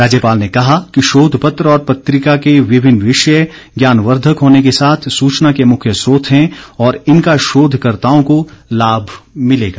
राज्यपाल ने कहा कि शोध पत्र और पत्रिका के विभिन्न विषय ज्ञानवर्धक होने के साथ सूचना के मुख्य स्रोत हैं और इनका शोधकर्ताओं को लाभ मिलेगा